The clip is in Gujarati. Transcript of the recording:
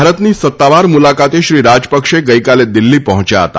ભારતની સત્તાવાર મુલાકાતે શ્રી રાજપક્ષે ગઇકાલે દીલ્ફી પહોચ્યા હતા